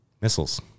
Missiles